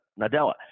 Nadella